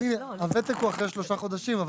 הוותק הוא אחרי שלושה חודשים.